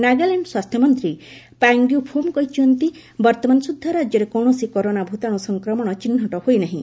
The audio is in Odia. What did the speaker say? ନାଗାଲ୍ୟାଣ୍ଡ ସ୍ୱାସ୍ଥ୍ୟମନ୍ତ୍ରୀ ପାଙ୍ଗ୍ୟୁ ଫୋମ୍ କହିଛନ୍ତି ବର୍ତ୍ତମାନ ସୁଦ୍ଧା ରାଜ୍ୟରେ କୌଣସି କରୋନା ଭୂତାଣୁ ସଂକ୍ରମଣ ଚିହ୍ନଟ ହୋଇ ନାହିଁ